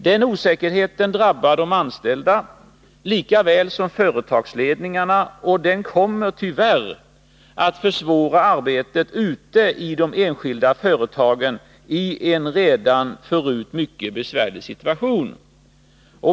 Den osäkerheten drabbar de anställda lika väl som företagsledningarna och den kommer, tyvärr, att försvåra arbetet ute i de enskilda företagen i en redan förut mycket besvärlig situation.